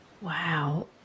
Wow